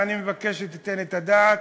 ואני מבקש שתיתן את הדעת,